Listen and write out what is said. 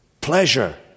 pleasure